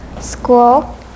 School